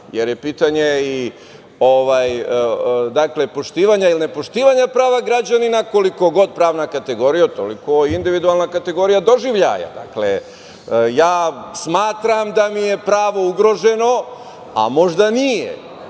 jer je pitanje poštovanja ili nepoštovanja prava građanina, koliko god pravna kategorija, toliko i individualna kategorija doživljaja. Dakle, ja smatram da mi je pravo ugroženo, a možda nije,